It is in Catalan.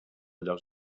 llocs